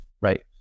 right